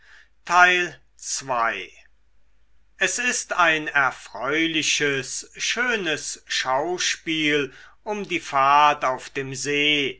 es ist ein erfreuliches schönes schauspiel um die fahrt auf dem see